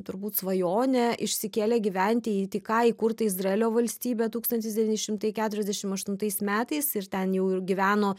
turbūt svajonė išsikėlė gyventi į tik ką įkurtą izraelio valstybę tūkstantis devyni šimtai keturiasdešimt aštuntais metais ir ten jau ir gyveno